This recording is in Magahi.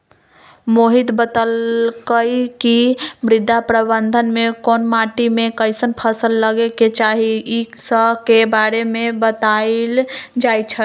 मोहित बतलकई कि मृदा प्रबंधन में कोन माटी में कईसन फसल लगे के चाहि ई स के बारे में बतलाएल जाई छई